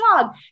dog